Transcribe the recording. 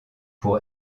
pour